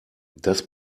das